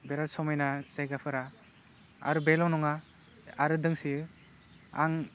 बेराद समायना जायगाफोरा आरो बेल' नङा आरो दंसोयो आं